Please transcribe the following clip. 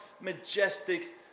majestic